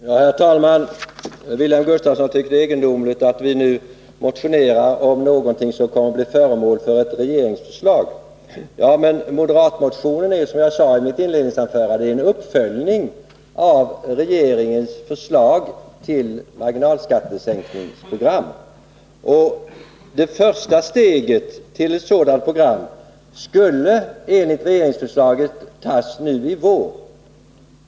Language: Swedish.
Herr talman! Wilhelm Gustafsson tycker att det är egendomligt att vi nu motionerar om något som kommer att bli föremål för ett regeringsförslag. Moderatmotionen är, som jag sade i mitt inledningsanförande, en uppföljning av regeringens förslag till marginalskattesänkningsprogram. Det första steget i ett sådant program skulle enligt förslaget från de tre regeringspartierna tas nu i vår.